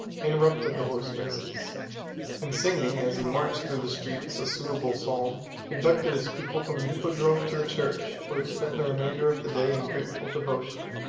interrupted the horse-races and singing, as he marched through the streets, a suitable psalm, conducted his people from the hippodrome to the church, where he spent the remainder of the day in grateful devotion.